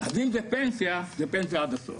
אז אם זה פנסיה, אז זה פנסיה עד הסוף.